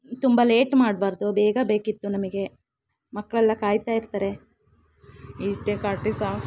ತುಂಬ ಲೇಟ್ ಮಾಡಬಾರದು ಬೇಗ ಬೇಕಿತ್ತು ನಮಗೆ ಮಕ್ಕಳೆಲ್ಲ ಕಾಯ್ತಾ ಇರ್ತಾರೆ ಇಷ್ಟೇ ಕಟ್ಟಿ ಸಾಕು